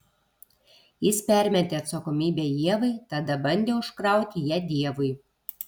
jis permetė atsakomybę ievai tada bandė užkrauti ją dievui